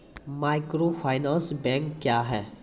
Microfinance bank क्या हैं?